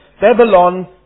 Babylon